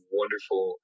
wonderful